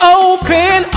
open